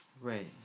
Right